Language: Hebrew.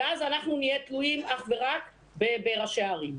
ואז אנחנו נהיה תלויים אך ורק בראשי ערים.